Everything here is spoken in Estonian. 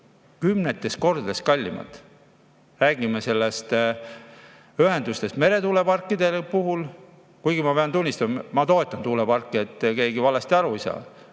kümnetes kordades kallimad. Räägime ühendustest meretuuleparkide puhul. Ma pean tunnistama, et ma toetan tuuleparke, et keegi valesti aru ei saaks.